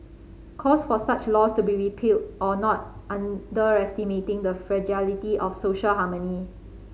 calls for such laws to be repealed or not underestimating the fragility of social harmony